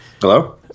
Hello